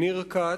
ניר כץ,